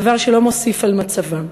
דבר שלא מוסיף למצבם.